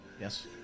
Yes